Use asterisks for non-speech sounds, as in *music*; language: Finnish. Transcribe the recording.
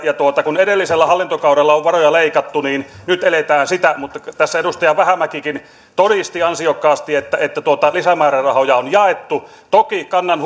kun edellisellä hallintokaudella on varoja leikattu niin nyt eletään sitä mutta tässä edustaja vähämäkikin todisti ansiokkaasti että että lisämäärärahoja on jaettu toki kannan *unintelligible*